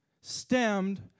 stemmed